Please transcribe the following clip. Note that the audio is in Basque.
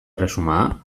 erresuma